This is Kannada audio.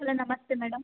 ಹಲೋ ನಮಸ್ತೆ ಮೇಡಮ್